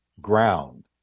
ground